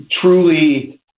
truly